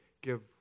give